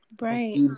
Right